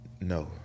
no